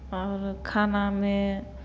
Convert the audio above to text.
आओर खानामे